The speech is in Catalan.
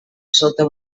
sota